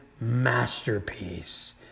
masterpiece